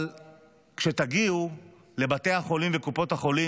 אבל כשתגיעו לבתי החולים וקופות החולים,